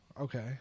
Okay